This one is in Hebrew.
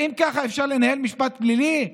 האם ככה אפשר לנהל משפט פלילי,